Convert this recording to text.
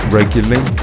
regularly